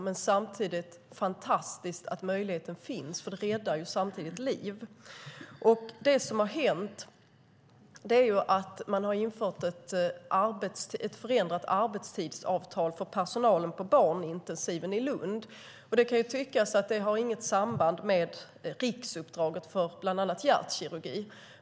Men det är samtidigt fantastiskt att möjligheten finns, för det räddar liv. Det som har hänt är att man har infört ett förändrat arbetstidsavtal för personalen på barnintensiven i Lund. Det kan tyckas att det inte har något samband med riksuppdraget för bland annat hjärtkirurgi.